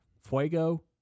Fuego